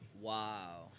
Wow